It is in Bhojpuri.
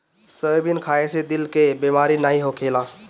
सोयाबीन खाए से दिल के बेमारी नाइ होखेला